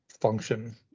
function